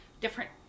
different